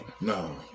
No